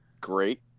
great